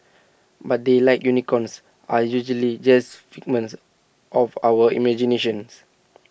but they like unicorns are usually just figments of our imaginations